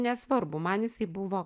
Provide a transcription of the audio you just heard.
nesvarbu man jisai buvo